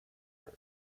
firm